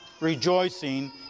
rejoicing